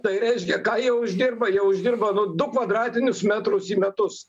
tai reiškia ką jie uždirba jie uždirba nu du kvadratinius metrus į metus